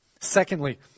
Secondly